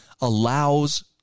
allows